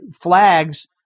flags